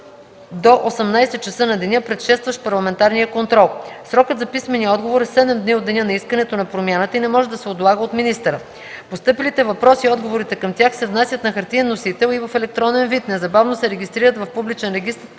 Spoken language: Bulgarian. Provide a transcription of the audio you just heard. до 18,00 часа на деня, предшестващ парламентарния контрол. Срокът за писмения отговор е 7 дни от деня на искането на промяната и не може да се отлага от министъра. Постъпилите въпроси и отговорите към тях се внасят на хартиен носител и в електронен вид, незабавно се регистрират в публичен регистър